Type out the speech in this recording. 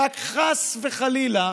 רק חס וחלילה,